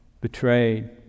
betrayed